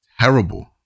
Terrible